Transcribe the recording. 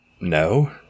no